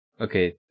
Okay